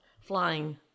flying